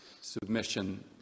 submission